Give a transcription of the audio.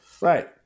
Right